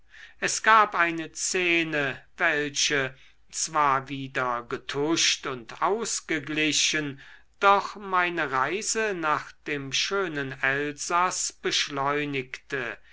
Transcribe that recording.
es gab eine szene welche zwar wieder getuscht und ausgeglichen doch meine reise nach dem schönen elsaß beschleunigte